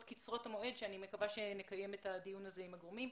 קצרות המועד שאני מקווה שנקיים את הדיון הזה עם הגורמים.